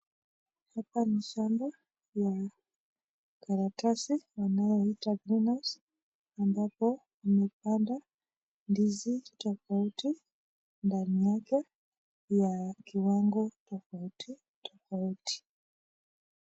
hapa ni shamba ya karatasi wanao ita green house ambapo wamepanda ndizi tofauti ndani yake pia kiwango tofauti tofauti.